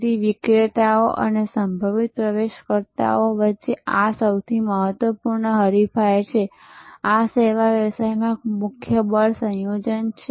તેથી વિક્રેતાઓ અને સંભવિત પ્રવેશકર્તાઓ વચ્ચે આ સૌથી મહત્વપૂર્ણ હરીફાઈ છે આ સેવા વ્યવસાયમાં મુખ્ય બળ સંયોજન છે